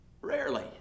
rarely